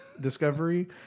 discovery